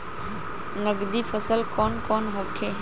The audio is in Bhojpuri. नकदी फसल कौन कौनहोखे?